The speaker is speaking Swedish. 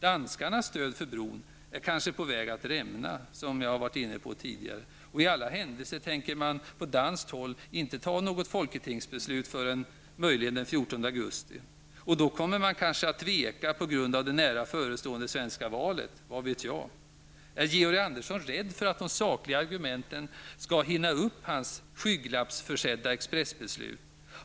Danskarnas stöd för bron är kanske på väg att rämna, vilket jag har nämnt tidigare. I alla händelser tänker man på danskt håll inte fatta något beslut i folketinget förrän möjligen den 14 augusti, och då kommer man kanske att tveka på grund av det nära förestående svenska valet -- vad vet jag? Är Georg Andersson rädd för att de sakliga argumenten skall hinna upp hans skygglappsförsedda expressbeslut?